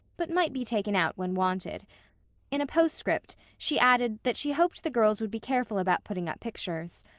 but might be taken out when wanted in a postscript she added that she hoped the girls would be careful about putting up pictures.